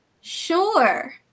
sure